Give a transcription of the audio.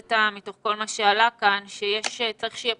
חידדת מכל מה שעלה כאן זה שצריך להיות פרויקטור.